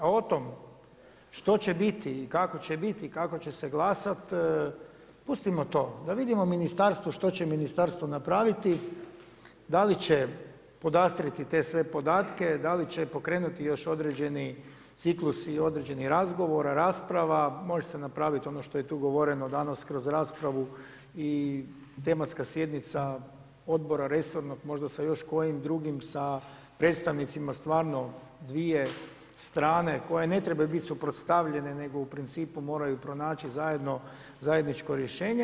A o tome, što će biti i kako će biti i kako će se glasati, pustimo to, da vidimo ministarstvo, što će ministarstvo napraviti, da li će podastrite sve te podatke, da li će pokrenuti još određeni ciklus i određeni razgovor, rasprava, može se napraviti, ono što je tu govoreno danas kroz raspravu i tematska sjednica odbora resorna, možda sa još kojim drugim, sa predstavnicima stvarno dvije strane, koje ne trebaju biti suprotstavljene, nego u principu moraju pronaći zajedničko rješenje.